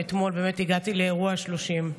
ואתמול באמת הגעתי לאירוע השלושים.